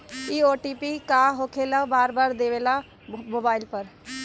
इ ओ.टी.पी का होकेला बार बार देवेला मोबाइल पर?